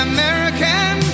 American